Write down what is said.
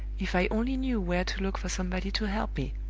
if i only knew where to look for somebody to help me!